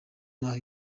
n’aho